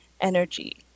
energy